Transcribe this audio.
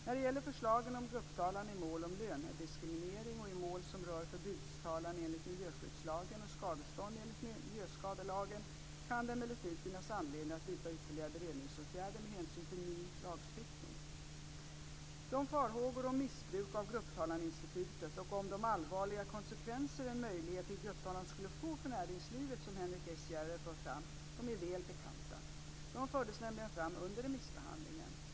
När det gäller förslagen om grupptalan i mål om lönediskriminering och i mål som rör förbudstalan enligt miljöskyddslagen och skadestånd enligt miljöskadelagen kan det emellertid finnas anledning att vidta ytterligare beredningsåtgärder med hänsyn till ny lagstiftning. De farhågor om missbruk av grupptalaninstitutet och om de allvarliga konsekvenser som en möjlighet till grupptalan skulle få för näringslivet som Henrik S Järrel för fram är väl bekanta. De fördes nämligen fram under remissbehandlingen.